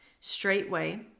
straightway